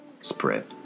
spread